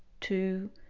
two